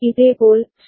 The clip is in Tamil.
இதேபோல் சி